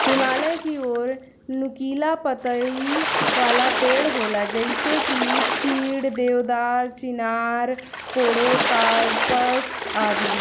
हिमालय की ओर नुकीला पतइ वाला पेड़ होला जइसे की चीड़, देवदार, चिनार, पोड़ोकार्पस आदि